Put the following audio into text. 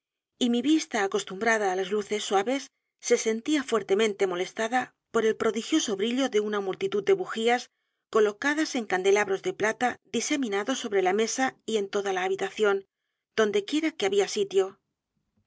y mi vista acostumbrada á las luces suaves se sentía fuertemente molestada por el prodigioso brillo de una multit u d de bujías colocadas en candelabros de plata diseminados sobre la mesa y en toda la habitación donde quiera que había sitio